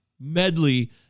medley